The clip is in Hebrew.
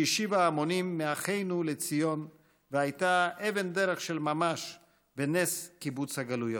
שהשיבה המונים מאחינו לציון והייתה אבן דרך של ממש בנס קיבוץ הגלויות.